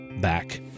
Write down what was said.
back